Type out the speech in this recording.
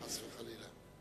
חס וחלילה.